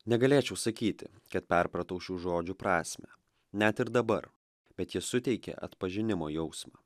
negalėčiau sakyti kad perpratau šių žodžių prasmę net ir dabar bet jie suteikė atpažinimo jausmą